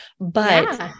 but-